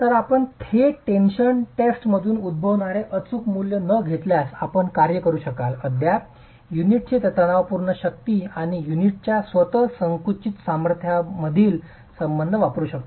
तर आपण थेट टेन्शन टेस्टमधून उद्भवणारे अचूक मूल्य न घेतल्यास आपण कार्य करू शकाल आपण अद्याप युनिटची तणावपूर्ण शक्ती आणि युनिटच्या स्वतःच्या संकुचित सामर्थ्यामधील संबंध वापरू शकता